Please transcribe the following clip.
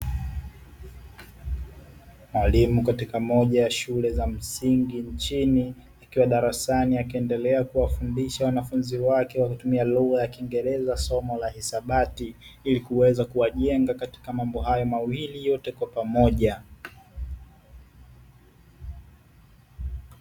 Mwalimu katika moja ya shule za msingi nchini akiwa darasani akiendelea kuwafundisha wanafunzi wake kwa kutumia lugha ya kiingereza, somo la hisabati ili kuweza kuwajenga katika hayo mambo mawili yote kwa pamoja.